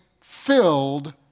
filled